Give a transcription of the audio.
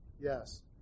Yes